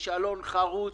כישלון חרוץ